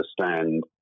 understand